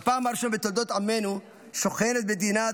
בפעם הראשונה בתולדות עמנו שכונת מדינת